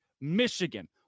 Michigan